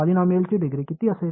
N minus 1 சரிதானே